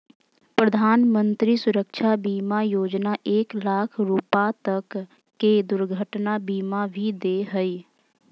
प्रधानमंत्री सुरक्षा बीमा योजना एक लाख रुपा तक के दुर्घटना बीमा भी दे हइ